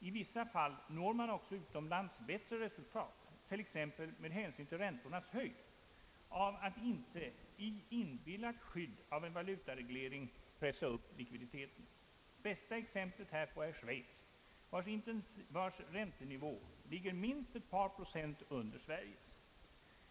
I vissa fall når man också utomlands bättre resultat, t.ex. med hänsyn till räntornas höjd, genom att inte i inbillat skydd av en valutareglering pressa upp likviditeten. Bästa exemplet härpå är Schweiz, vars räntenivå ligger minst ett par procent under Sveriges.